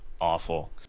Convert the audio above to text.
awful